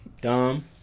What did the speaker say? Dom